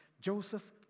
Joseph